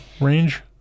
range